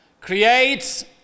creates